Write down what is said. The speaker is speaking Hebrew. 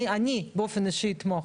אני באופן אישי אתמוך.